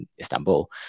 Istanbul